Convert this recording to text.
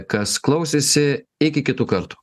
kas klausėsi iki kitų kartų